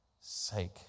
sake